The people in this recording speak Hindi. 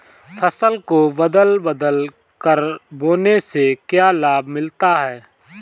फसल को बदल बदल कर बोने से क्या लाभ मिलता है?